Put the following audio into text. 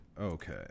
okay